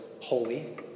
holy